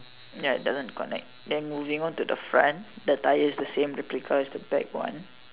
ya doesn't connect then moving on to the front the tyre is the same replicate as the back one